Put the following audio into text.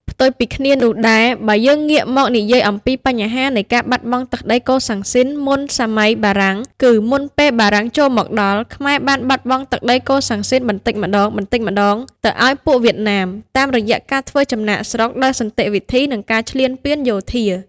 ផ្ទុយពីគ្នានោះដែរ បើយើងងាកមកនិយាយអំពីបញ្ហានៃការបាត់បង់ទឹកដីកូសាំងស៊ីនមុនសម័យបារាំង គឺមុនពេលបារាំងចូលមកដល់ ខ្មែរបានបាត់បង់ទឹកដីកូសាំងស៊ីនបន្តិចម្តងៗទៅឱ្យពួកវៀតណាម តាមរយៈការធ្វើចំណាកស្រុកដោយសន្តិវិធី និងការឈ្លានពានយោធា។